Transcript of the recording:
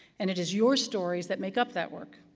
and it is your stories that make up that work,